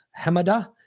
Hamada